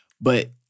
But-